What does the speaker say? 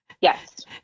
Yes